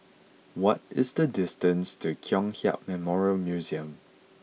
what is the distance to Kong Hiap Memorial Museum